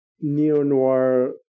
neo-noir